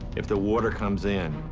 if the water comes in,